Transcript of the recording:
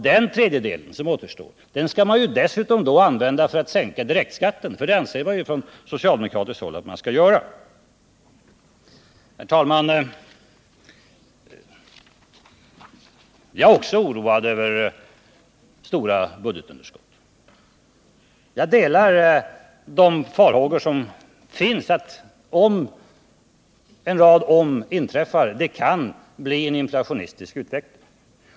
Den tredjedel som återstår skall man dessutom använda för att sänka den direkta skatten, för det anser man ju från socialdemokratiskt håll att man skall göra. Herr talman! Jag är också oroad över det stora budgetunderskottet. Jag delar de farhågor som finns för att, om en rad ”om” inträffar, det kan bli en inflationistisk utveckling, inte nu men senare.